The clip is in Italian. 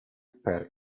per